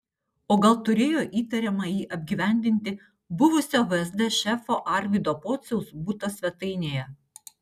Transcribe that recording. o gal turėjo įtariamąjį apgyvendinti buvusio vsd šefo arvydo pociaus buto svetainėje